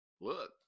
look